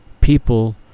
people